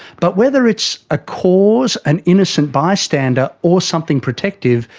but whether it's a cause, an innocent bystander, or something protective,